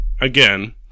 again